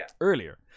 earlier